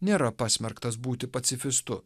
nėra pasmerktas būti pacifistų